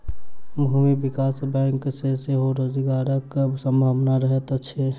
भूमि विकास बैंक मे सेहो रोजगारक संभावना रहैत छै